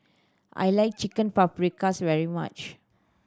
I like Chicken Paprikas very much